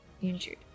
Injured